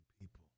people